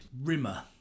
Rimmer